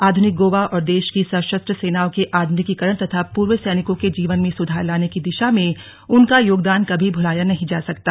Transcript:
आधुनिक गोवा और देश की सशस्त्र सेनाओं के आधुनिकीकरण तथा पूर्व सैनिकों के जीवन में सुधार लाने की दिशा में उनका योगदान कभी भुलाया नहीं जा सकता